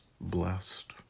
blessed